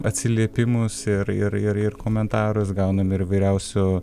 atsiliepimus ir ir ir komentarus gaunam ir įvairiausių